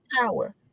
power